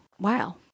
Wow